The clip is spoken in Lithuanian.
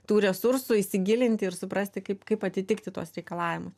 tų resursų įsigilinti ir suprasti kaip kaip atitikti tuos reikalavimus